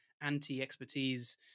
anti-expertise